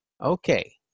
Okay